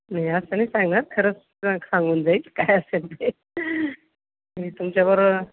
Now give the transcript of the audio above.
नाही असं नाही सांगणार खरंच सांगून जाईल काय असेल ते मी तुमच्या बरोबर